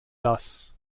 das